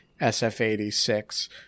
SF-86